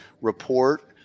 report